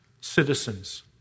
citizens